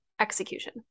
execution